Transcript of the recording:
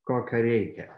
kokio reikia